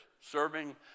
serving